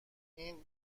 این